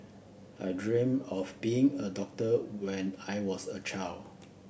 I dreamt of being a doctor when I was a child